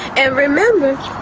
and remember.